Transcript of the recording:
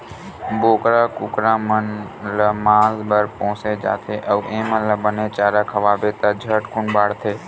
बोकरा, कुकरा मन ल मांस बर पोसे जाथे अउ एमन ल बने चारा खवाबे त झटकुन बाड़थे